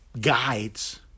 guides